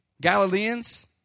Galileans